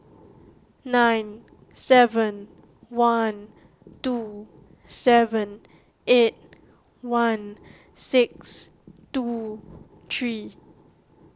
nine seven one two seven eight one six two three